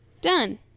Done